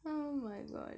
oh my god